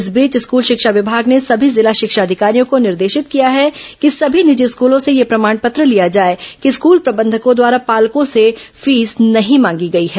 इस बीच स्कूल शिक्षा विभाग ने सभी जिला शिक्षा अधिकारियों को निर्देशित किया है कि सभी निजी स्कूलों से यह प्रमाण पत्र लिया जाए कि स्कूल प्रबंधकों द्वारा पालकों से फीस नहीं मांगी गई है